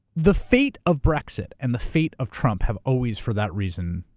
the fate of brexit and the fate of trump have always, for that reason,